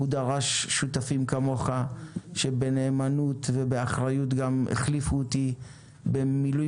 דרושים שותפים כמוך שבנאמנות ובאחריות החליפו אותי במילוי